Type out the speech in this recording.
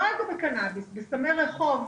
לא בקנאביס אלא בסמי רחוב,